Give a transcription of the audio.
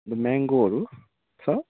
म्याङ्गोहरू छ